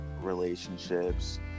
relationships